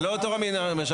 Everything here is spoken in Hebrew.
זה לא תורה מהשמיים.